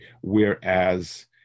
whereas